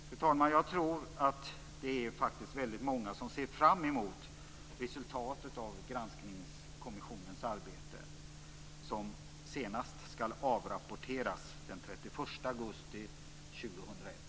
Fru talman! Jag tror att det är väldigt många som ser fram emot resultatet av granskningskommissionens arbete, som senast skall avrapporteras den 31